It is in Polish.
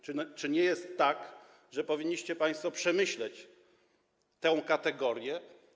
Czy nie jest tak, że powinniście państwo przemyśleć tę kategorię?